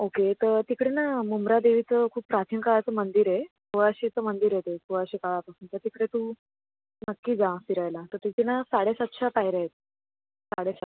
okay तर तिकडे ना मुंब्रा देवीचं खूप प्राचीन काळाचं मंदिर आहे सोळाशेचं मंदिर आहे ते सोळाशे काळापासूनचं तर तिकडे तू नक्की जा फिरायला तर तिथे ना साडेसातशा पायऱ्या आहेत साडेसातशे